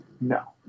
No